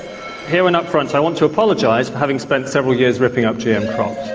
here and upfront, i want to apologise for having spent several years ripping up gm crops.